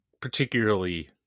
particularly